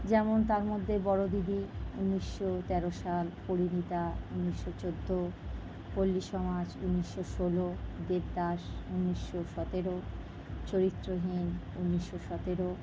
যেমন তার মদ্যে বড়ো দিদি উনিশশো তেরো সাল পরিণীতা উনিশশো চোদ্দো পল্লী সমাজ উনিশশো ষোলো দেবদাস উনিশশো সতেরো চরিত্রহীন উনিশশো সতেরো